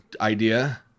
idea